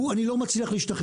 הוא, אני לא מצליח להשתכנע.